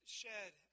shed